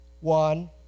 one